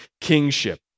kingship